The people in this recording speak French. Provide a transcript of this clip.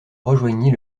rejoignit